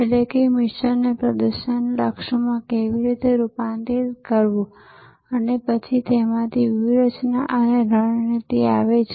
એટલે કે મિશનને પ્રદર્શન લક્ષ્યોમાં કેવી રીતે રૂપાંતરિત કરવું અને પછી તેમાંથી વ્યૂહરચના અને રણનીતિ આવે છે